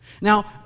Now